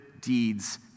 deeds